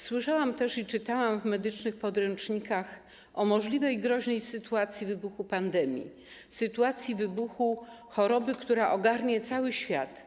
Słyszałam też i czytałam w medycznych podręcznikach o możliwej groźnej sytuacji wybuchu pandemii, sytuacji wybuchu choroby, która ogarnie cały świat.